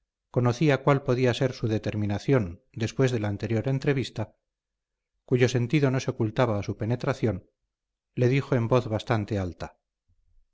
precipitada conocía cuál podía ser su determinación después de la anterior entrevista cuyo sentido no se ocultaba a su penetración le dijo en voz bastante alta